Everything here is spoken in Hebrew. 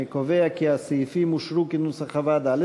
אני קובע כי הסעיפים אושרו כנוסח הוועדה.